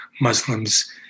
Muslims